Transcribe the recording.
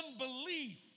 unbelief